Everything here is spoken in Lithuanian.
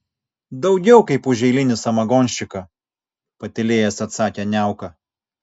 daugiau kaip už eilinį samagonščiką patylėjęs atsakė niauka